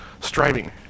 striving